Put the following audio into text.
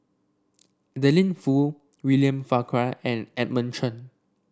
Adeline Foo William Farquhar and Edmund Chen